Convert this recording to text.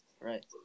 Right